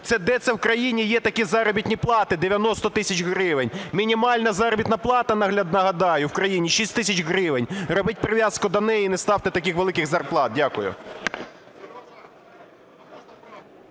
Це де це в країні є такі заробітні плати – 90 тисяч гривень? Мінімальна заробітна плата, нагадаю, в країні 6 тисяч гривень. Робіть прив'язку до неї і не ставте таких великих зарплат. Дякую.